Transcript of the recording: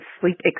sleep